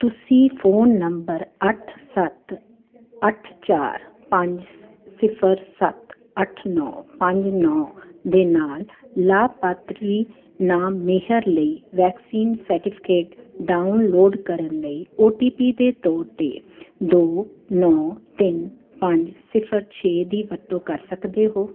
ਤੁਸੀਂ phone number ਅੱਠ ਸੱਤ ਅੱਠ ਚਾਰ ਪੰਜ ਸਿਫਰ ਸੱਤ ਅੱਠ ਨੌਂ ਪੰਜ ਨੌਂ ਦੇ ਨਾਲ ਲਾਭਪਾਤਰੀ ਨਾਮ ਮੇਹਰ ਲਈ ਵੈਕਸੀਨ ਸਰਟੀਫਿਕੇਟ ਡਾਊਨਲੋਡ ਕਰਨ ਲਈ ਓ ਟੀ ਪੀ ਦੇ ਤੌਰ 'ਤੇ ਦੋ ਨੌਂ ਤਿੰਨ ਪੰਜ ਸਿਫਰ ਛੇ ਦੀ ਵਰਤੋਂ ਕਰ ਸਕਦੇ ਹੋ